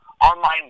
online